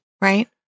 right